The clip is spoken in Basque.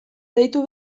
deitu